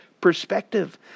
perspective